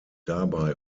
dabei